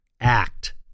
act